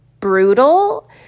brutal